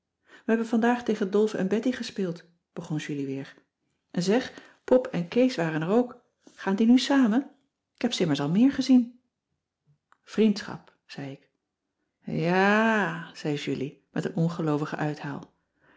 we hebben vandaag tegen dolf en betty gespeeld begon julie weer en zeg pop en kees waren er ook cissy van marxveldt de h b s tijd van joop ter heul gaan die nu samen ik heb ze immers al meer gezien vriendschap zei ik jàà zei julie met een ongeloovigen uithaal